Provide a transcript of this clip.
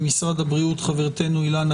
ממשרד הבריאות חברתנו אילנה